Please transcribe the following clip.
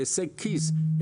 בהישג כיס,